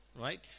Right